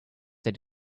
that